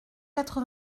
quatre